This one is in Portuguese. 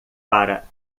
para